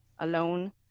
alone